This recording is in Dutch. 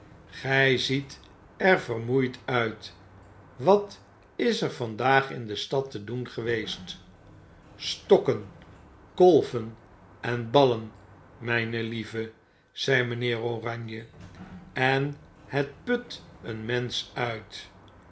ziet er vermoeid uit watiser vandaagin de stad te doen geweest stokken kolven en ballen mgn lieve zei mynheer oranje en het put een mensch uit